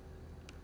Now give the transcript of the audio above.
mmhmm